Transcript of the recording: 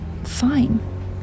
fine